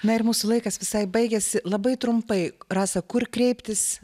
na ir mūsų laikas visai baigiasi labai trumpai rasa kur kreiptis